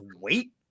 wait